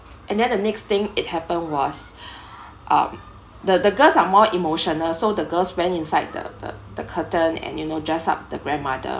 and then the next thing it happened was um the the girls are more emotional so the girls went inside the the the curtain and you know dress up the grandmother